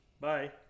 Bye